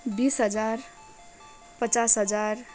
बिस हजार पचास हजार